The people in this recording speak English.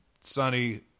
Sonny